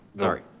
sorry,